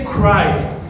Christ